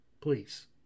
please